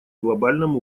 глобальном